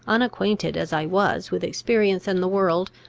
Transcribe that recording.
unacquainted as i was with experience and the world,